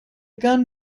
gun